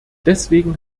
deswegen